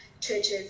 Churches